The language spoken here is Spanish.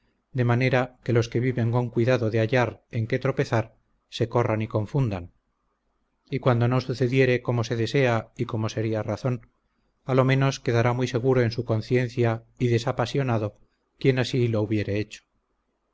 de manera que los que viven con cuidado de hallar en qué tropezar se corran y confundan y cuando no sucediere como se desea y como sería razón a lo menos quedará muy seguro en su conciencia y desapasionado quien así lo hubiere hecho